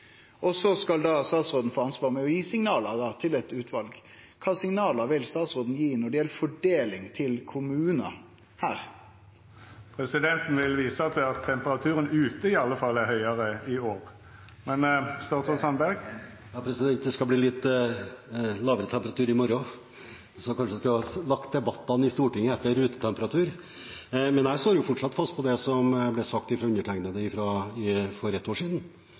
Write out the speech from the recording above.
ansvar for å gi signal til eit utval. Kva signal vil statsråden gi når det gjeld fordeling til kommunar? Presidenten vil visa til at temperaturen ute iallfall er høgare i år. Det er eg einig i. Det skal bli litt lavere temperatur i morgen, så kanskje en skulle lagt debattene i Stortinget etter utetemperatur. Jeg står fortsatt fast på det som ble sagt fra undertegnede for et år